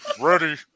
Ready